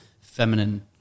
feminine